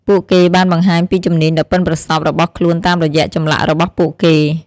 ពួកគេបានបង្ហាញពីជំនាញដ៏ប៉ិនប្រសប់របស់ខ្លួនតាមរយៈចម្លាក់របស់ពួកគេ។